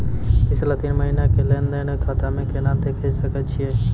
पिछला तीन महिना के लेंन देंन खाता मे केना देखे सकय छियै?